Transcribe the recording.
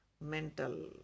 mental